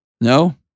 No